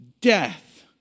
death